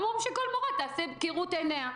הם אומרים שכל מורה תעשה כראות עיניה.